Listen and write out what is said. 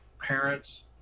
parents